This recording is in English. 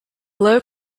low